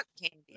candy